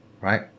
right